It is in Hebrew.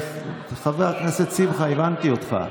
חבר הכנסת שמחה, הבנתי אותך.